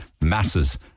masses